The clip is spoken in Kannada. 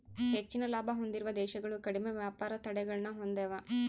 ಹೆಚ್ಚಿನ ಲಾಭ ಹೊಂದಿರುವ ದೇಶಗಳು ಕಡಿಮೆ ವ್ಯಾಪಾರ ತಡೆಗಳನ್ನ ಹೊಂದೆವ